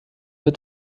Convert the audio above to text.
wird